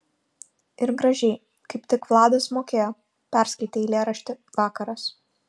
ir gražiai kaip tik vladas mokėjo perskaitė eilėraštį vakaras